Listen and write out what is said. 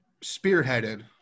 spearheaded